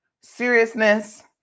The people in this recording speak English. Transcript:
seriousness